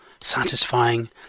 satisfying